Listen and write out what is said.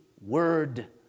word